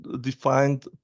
defined